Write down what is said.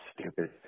stupid